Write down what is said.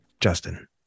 justin